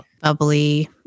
bubbly